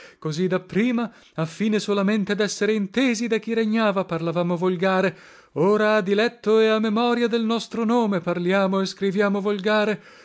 così da prima a fine solamente dessere intesi da chi regnava parlavamo volgare ora a diletto e a memoria del nostro nome parliamo e scriviamo volgare